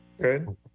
Good